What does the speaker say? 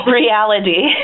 reality